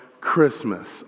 Christmas